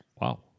wow